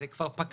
זה כבר פקע,